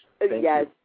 Yes